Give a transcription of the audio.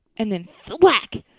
and then thwack!